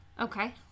Okay